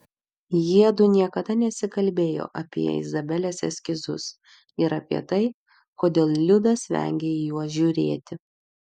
jiedu niekada nesikalbėjo apie izabelės eskizus ir apie tai kodėl liudas vengia į juos žiūrėti